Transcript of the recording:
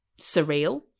surreal